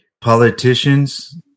politicians